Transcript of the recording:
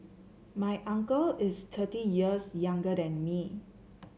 my uncle is thirty years younger than me